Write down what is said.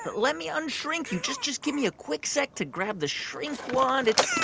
but let me unshrink you. just just give me a quick sec to grab the shrink wand. it's.